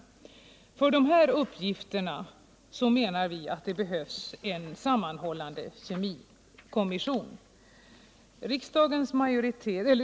För dessa uppgifter menar vi att det behövs en samordnande kemikommission.